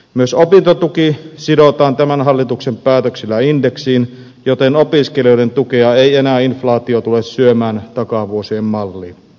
myös opintotuki sidotaan tämän hallituksen päätöksellä indeksiin joten opiskelijoiden tukea ei enää inflaatio tule syömään takavuosien malliin